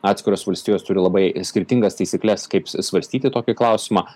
atskiros valstijos turi labai skirtingas taisykles kaip svarstyti tokį klausimą